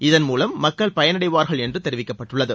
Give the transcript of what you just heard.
இதன் மூலம் மக்கள் பயனடைவார்கள் என்று தெரிவிக்கப்பட்டுள்ளது